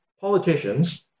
politicians